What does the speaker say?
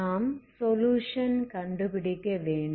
நாம் சொலுயுஷன் கண்டுபிடிக்க வேண்டும்